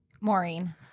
Maureen